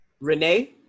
Renee